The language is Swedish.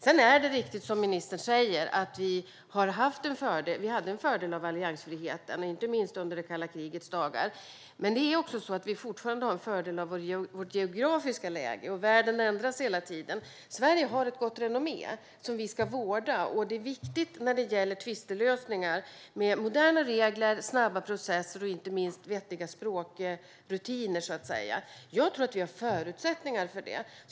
Det är riktigt som ministern säger att vi hade en fördel av alliansfriheten, inte minst under kalla krigets dagar. Vi har fortfarande en fördel av vårt geografiska läge, och världen ändras hela tiden. Sverige har ett gott renommé, som vi ska vårda. När det gäller tvistlösningar är det viktigt med moderna regler, snabba processer och inte minst viktiga språkrutiner, och jag tror att vi har förutsättningar för det.